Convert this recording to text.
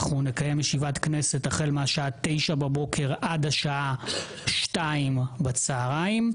אנחנו נקיים ישיבת כנסת החל מהשעה 09:00 בבוקר עד השעה 14:00 בצהריים.